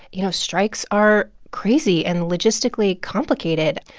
you know, strikes are crazy and logistically complicated.